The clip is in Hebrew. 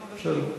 בסדר.